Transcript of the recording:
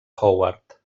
howard